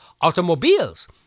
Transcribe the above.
automobiles